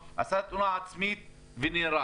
עשה תאונה עצמית ונהרג